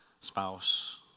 spouse